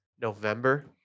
November